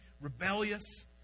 rebellious